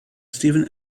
steven